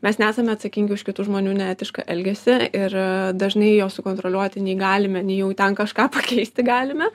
mes nesame atsakingi už kitų žmonių neetišką elgesį ir dažnai jo sukontroliuoti nei galime nei jau ten kažką pakeisti galime